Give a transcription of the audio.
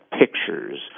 pictures